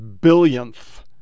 billionth